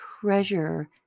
treasure